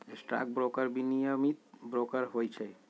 stock broker विनियमित broker होइ छइ